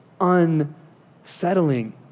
unsettling